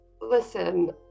listen